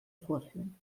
vorführen